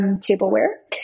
tableware